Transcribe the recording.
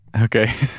Okay